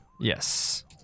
Yes